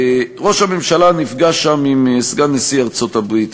ראש הממשלה נפגש שם עם סגן נשיא ארצות-הברית,